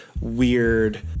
weird